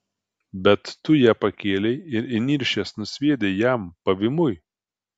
bet tu ją pakėlei ir įniršęs nusviedei jam pavymui